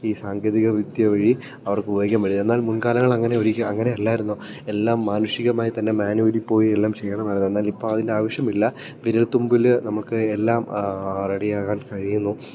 ഈ സാങ്കേതികവിദ്യ വഴി അവർക്ക് ഉപയോഗിക്കാൻ പറ്റി എന്നാൽ മുൻകാലങ്ങൾ അങ്ങനെ അങ്ങനെ അല്ലായിരുന്നു എല്ലാം മാനുഷികമായിത്തന്നെ മാന്വലിപ്പോയി എല്ലാം ചെയ്യണമായിരുന്നു എന്നാലിപ്പം അതിൻ്റെ ആവശ്യമില്ല വിരൽത്തുമ്പിൽ നമുക്ക് എല്ലാം റെഡിയാകാൻ കഴിയുന്നു